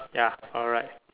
ya alright